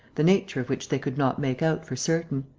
the nature of which they could not make out for certain.